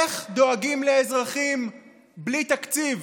איך דואגים לאזרחים בלי תקציב?